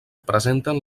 presenten